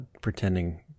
pretending